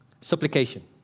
Supplication